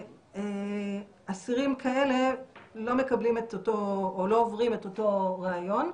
ואסירים כאלה לא עוברים את אותו ריאיון,